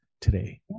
today